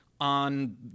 on